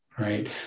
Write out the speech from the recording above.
Right